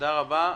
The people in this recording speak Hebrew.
תודה רבה.